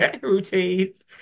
routines